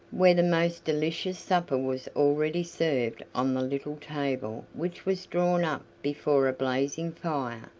where the most delicious supper was already served on the little table which was drawn up before a blazing fire.